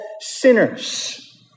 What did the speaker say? sinners